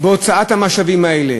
בהוצאת המשאבים האלה,